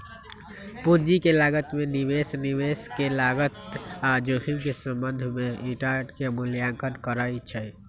पूंजी के लागत में निवेशक निवेश के लागत आऽ जोखिम के संबंध में रिटर्न के मूल्यांकन करइ छइ